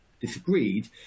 disagreed